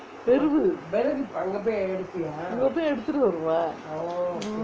விறகு அங்கே போய் எடுத்துட்டு வருவேன்:viragu angae poi eduthuttu varuvaen